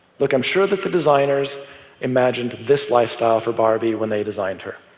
look, i'm sure that the designers imagined this lifestyle for barbie when they designed her.